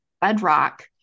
bedrock